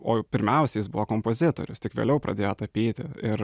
o pirmiausia jis buvo kompozitorius tik vėliau pradėjo tapyti ir